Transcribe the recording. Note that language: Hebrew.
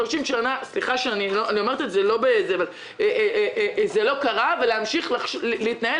30 שנה סליחה - זה לא קרה ולהמשיך להתנהל